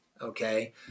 Okay